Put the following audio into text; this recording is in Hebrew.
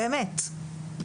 באמת.